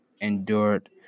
endured